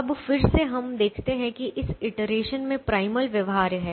अब फिर से हम देखते हैं कि इस इटरेशन में प्राइमल व्यवहार्य है